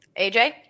AJ